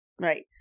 right